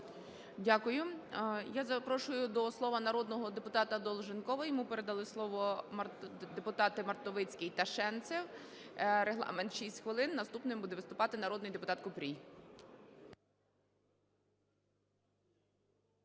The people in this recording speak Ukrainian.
Дякую. Я запрошую до слова народного депутата Долженкова. Йому передали слово депутати Мартовицький та Шенцев. Регламент – 6 хвилин. Наступним буде виступати народний депутат Купрій.